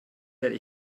werde